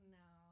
no